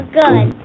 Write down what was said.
good